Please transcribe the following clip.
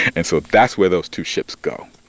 and so that's where those two ships go.